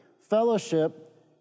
fellowship